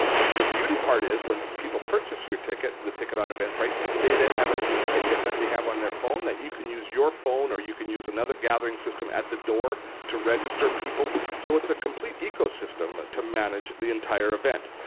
the beauty part is when people purchase your ticket, the ticket at eventbrite they then have an e-ticket that they have on their phone that you can use your phone or you can use another gathering system at the door to register people. so it's a complete ecosystem to manage the entire event.